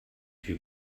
you